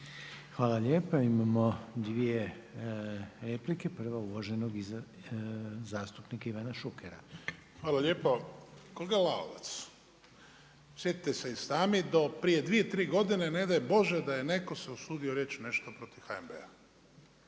Hvala lijepa, imao dvije replike. Prva uvaženog zastupnika Ivana Šukera. **Šuker, Ivan (HDZ)** Hvala lijepo. Kolega Lalovac, sjetite se i sami, do prije 2, 3 godine ne daj Bože da je netko se usudio nešto protiv HNB-a.